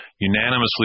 unanimously